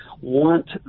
want